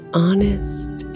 honest